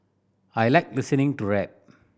I like listening to rap